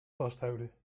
vasthouden